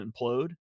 implode